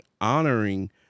honoring